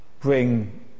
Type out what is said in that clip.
bring